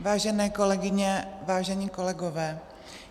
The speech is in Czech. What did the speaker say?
Vážené kolegyně, vážení kolegové,